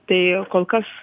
tai kol kas